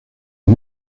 vez